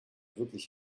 wirklich